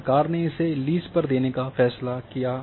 सरकार ने इसे लीज़ पर देने का फैसला किया गया है